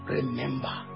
Remember